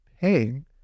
paying